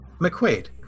McQuaid